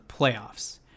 playoffs